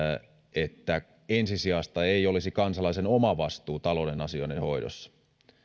että ensisijaista ei olisi kansalaisen oma vastuu talouden asioiden hoidossa